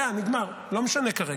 היה, נגמר, לא משנה כרגע.